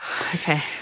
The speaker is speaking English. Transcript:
Okay